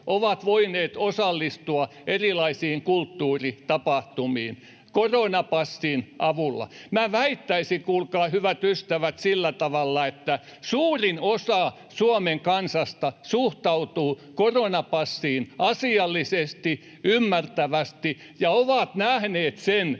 ovat voineet osallistua erilaisiin kulttuuritapahtumiin koronapassin avulla. Minä väittäisin, kuulkaa, hyvät ystävät, sillä tavalla, että suurin osa Suomen kansasta suhtautuu koronapassiin asiallisesti ja ymmärtävästi ja on nähnyt sen,